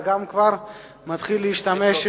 אבל הוא גם כבר מתחיל להשתמש,